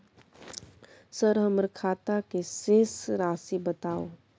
Sir हमर खाता के शेस राशि बताउ?